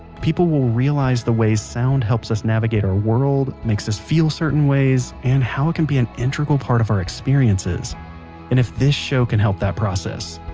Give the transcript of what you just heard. people will realize the ways sound helps us navigate our world, makes us feel certain ways, and how it can be an integral part of our experiences and if this show can help that process,